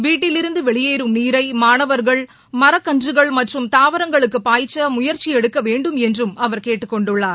வீட்டிலிருந்து வெளியேறும் நீரை மாணவர்கள் மரக்கன்றுகள் மற்றும் தாவரங்களுக்கு பாய்ச்ச முயற்சி எடுக்கவேண்டும் என்றும் அவர் கேட்டுக்கொண்டுள்ளார்